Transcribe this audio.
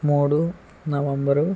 మూడు నవంబరు